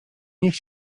niech